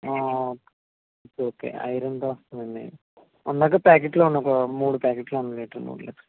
okay ఐరన్తో వస్తుంది అండి అందాక ప్యాకెట్లు ఇవ్వండి ఒక మూడు ప్యాకెట్లు ఇవ్వండి లీటర్వి మూడు లీటర్లు